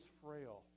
frail